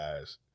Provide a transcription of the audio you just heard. guys